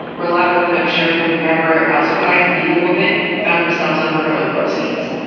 where a lot of women, i'm sure, who would never elsewise be with a woman, found themselves on girl on girl scenes.